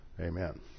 Amen